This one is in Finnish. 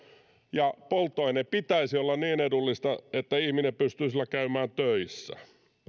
ja polttoaineen pitäisi olla niin edullista että ihminen pystyy sillä käymään töissä